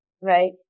Right